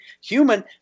human